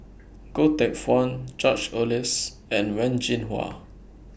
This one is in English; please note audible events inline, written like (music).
(noise) Goh Teck Phuan George Oehlers and Wen Jinhua